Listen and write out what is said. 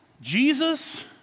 Jesus